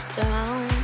down